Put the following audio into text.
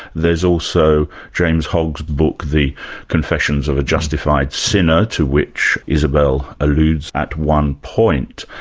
there's also james hogg's book the confessions of a justified sinner to which isabel alludes at one point.